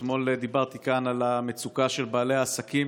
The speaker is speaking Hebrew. אתמול דיברתי כאן על המצוקה של בעלי העסקים